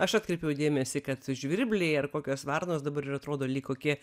aš atkreipiau dėmesį kad žvirbliai ar kokios varnos dabar ir atrodo lyg kokie